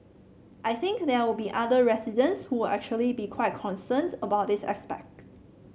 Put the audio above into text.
I think there will be other residents who actually be quite concerned about this aspect